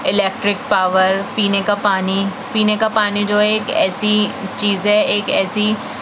electric power پینے کا پانی پینے کا پانی جو ایک ایسی چیز ہے ایک ایسی